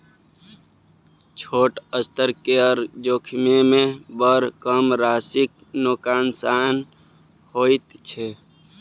छोट स्तर केर जोखिममे बड़ कम राशिक नोकसान होइत छै